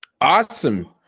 awesome